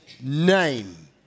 name